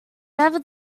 never